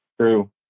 True